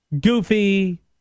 goofy